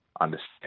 understand